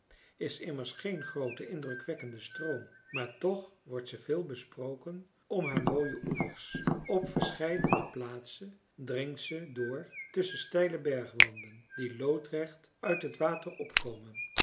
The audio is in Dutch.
is immers geen groote indrukwekkende stroom maar toch wordt ze veel besproken om haar mooie oevers op verscheidene plaatsen dringt ze door tusschen steile bergwanden die loodrecht uit het water opkomen